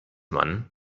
man